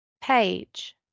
Page